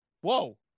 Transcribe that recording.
Whoa